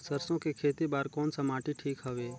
सरसो के खेती बार कोन सा माटी ठीक हवे?